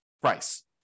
price